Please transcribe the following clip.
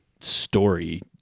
story